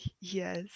yes